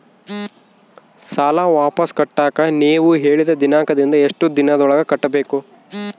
ಸಾಲ ವಾಪಸ್ ಕಟ್ಟಕ ನೇವು ಹೇಳಿದ ದಿನಾಂಕದಿಂದ ಎಷ್ಟು ದಿನದೊಳಗ ಕಟ್ಟಬೇಕು?